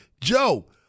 Joe